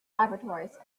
laboratories